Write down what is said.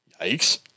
Yikes